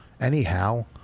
anyhow